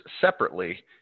separately